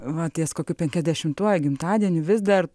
va ties kokiu penkiasdešimtuoju gimtadieniu vis dar